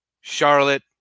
Charlotte